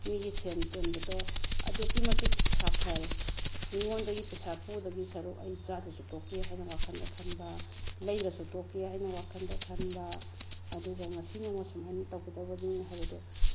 ꯃꯤꯒꯤ ꯁꯦꯜ ꯇꯣꯟꯕꯗꯣ ꯑꯗꯨꯛꯀꯤ ꯃꯇꯤꯛ ꯁꯥꯐꯔꯦ ꯃꯤꯉꯣꯟꯗꯒꯤ ꯄꯩꯁꯥ ꯄꯨꯗꯧꯒꯤ ꯁꯔꯨꯛ ꯑꯩ ꯆꯥꯗ꯭ꯔꯁꯨ ꯇꯣꯛꯀꯦ ꯍꯥꯏꯅ ꯋꯥꯈꯜꯗ ꯈꯟꯕ ꯂꯩꯗ꯭ꯔꯁꯨ ꯇꯣꯛꯀꯦ ꯍꯥꯏꯅ ꯋꯥꯈꯜꯗ ꯈꯟꯕ ꯑꯗꯨꯒ ꯉꯁꯤ ꯅꯣꯡꯃ ꯁꯨꯃꯥꯏꯅ ꯇꯧꯒꯗꯕꯅꯤ ꯍꯥꯏꯕꯗꯣ